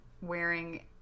wearing